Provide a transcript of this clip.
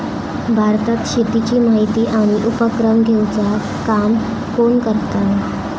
भारतात शेतीची माहिती आणि उपक्रम घेवचा काम कोण करता?